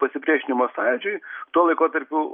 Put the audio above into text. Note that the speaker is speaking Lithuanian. pasipriešinimo sąjūdžiui tuo laikotarpiu